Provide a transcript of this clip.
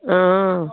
অঁ